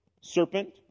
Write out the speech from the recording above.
Serpent